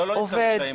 לא שנתקל בקשיים.